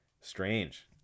strange